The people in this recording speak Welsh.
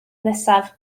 nesaf